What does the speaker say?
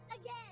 again